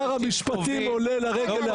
עזוב, ראינו, שר המשפטים עולה לרגל לעבריין.